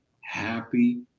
happy